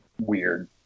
weird